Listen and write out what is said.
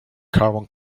carbon